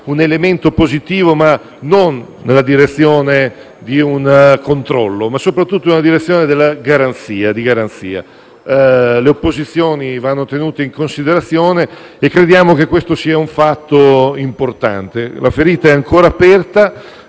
un elemento positivo, e nella direzione non del controllo, ma soprattutto della garanzia. Le opposizioni devono essere tenute in considerazione e crediamo che questo sia un fatto importante. La ferita è ancora aperta.